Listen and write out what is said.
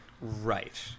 Right